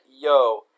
yo